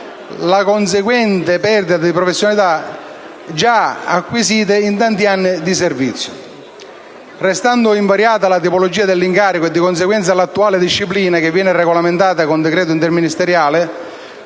la conseguente perdita di professionalità acquisite in tanti anni di servizio. Restando invariata la tipologia dell'incarico e, di conseguenza, l'attuale disciplina che viene regolamentata con decreto interministeriale,